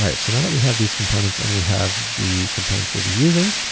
all right. so now that we have these components, and we have the components we'll be using,